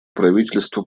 правительство